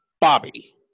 bobby